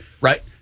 right